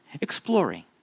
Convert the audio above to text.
exploring